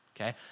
Okay